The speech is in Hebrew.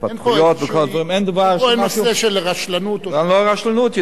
ההתפתחויות, אין פה איזו, של רשלנות, לא רשלנות.